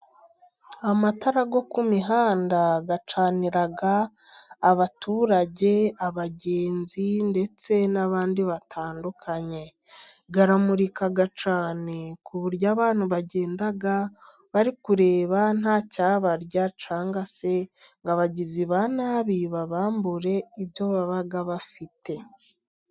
Amatara yo ku mihanda acanira abaturage, abagenzi, ndetse n'abandi batandukanye, b aramurika cyane, ku buryo abantu bagenda bari kureba, nta cyabarya, cyangwa se ngo abagizi ba nabi babambure ibyo baba bafite.